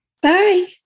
Bye